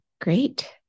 great